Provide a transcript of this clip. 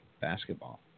basketball